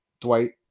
Dwight